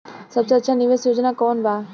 सबसे अच्छा निवेस योजना कोवन बा?